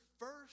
first